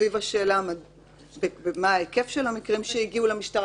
סביב השאלה מה ההיקף של המקרים שהגיעו למשטרה